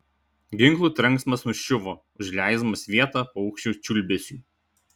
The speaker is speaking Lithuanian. ginklų trenksmas nuščiuvo užleisdamas vietą paukščių čiulbesiui